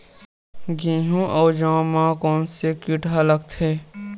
गेहूं अउ जौ मा कोन से कीट हा लगथे?